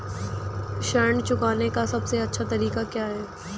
ऋण चुकाने का सबसे अच्छा तरीका क्या है?